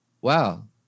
wow